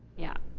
yeah.